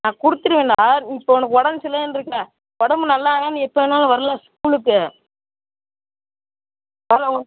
நான் கொடுத்துருவேன்டா இப்போ உனக்கு உடம்பு சரியில்லைன்னு இருக்க உடம்பு நல்லா ஆனால் நீ எப்போ வேணாலும் வரலாம் ஸ்கூலுக்கு